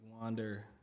wander